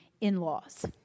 in-laws